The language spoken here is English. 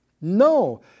no